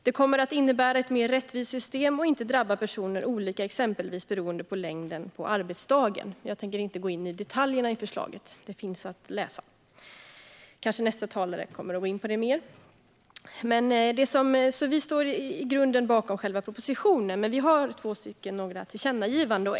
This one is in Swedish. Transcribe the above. Det kommer att innebära ett mer rättvist system och inte drabba personer olika exempelvis beroende på längden på arbetsdagen. Jag tänker inte gå in i detaljerna i förslaget, utan de finns att läsa i betänkandet. Kanske nästa talare kommer att gå in mer på detaljerna. Vi står i grunden bakom propositionen, men vi har två reservationer.